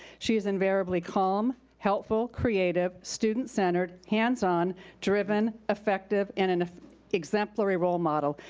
she's invariably calm, helpful, creative, student-centered, hands-on, driven, effective, and an exemplary role model.